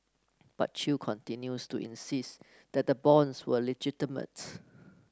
but Chew continues to insist that the bonds were legitimate